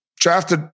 drafted